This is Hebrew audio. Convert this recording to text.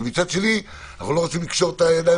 כי מצד שני אנחנו לא רוצים לקשור את הידיים